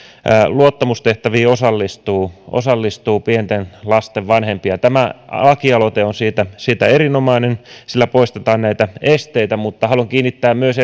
luottamustehtäviin osallistuu osallistuu pienten lasten vanhempia tämä lakialoite on siitä siitä erinomainen sillä poistetaan näitä esteitä mutta haluan kiinnittää myös